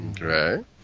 Right